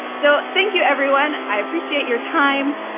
so thank you, everyone. i appreciate your time,